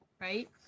right